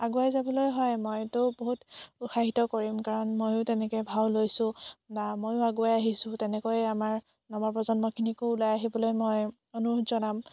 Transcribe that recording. আগুৱাই যাবলৈ হয় মইতো বহুত উৎসাহিত কৰিম কাৰণ ময়ো তেনেকে ভাও লৈছোঁ বা ময়ো আগুৱাই আহিছোঁ তেনেকৈ আমাৰ নৱ প্ৰজন্মখিনিকো ওলাই আহিবলৈ মই অনুৰোধ জনাম